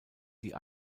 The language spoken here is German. die